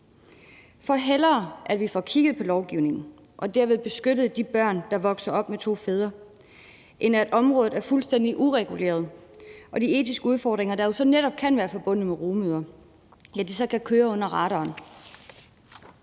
For hellere at vi får kigget på lovgivningen, og derved beskytter de børn, der vokser op med to fædre, end at området er fuldstændig ureguleret, og de etiske udfordringer, der jo så netop kan være forbundet med rugemødre, flyver under radaren.